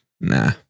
Nah